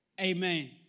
amen